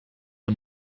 een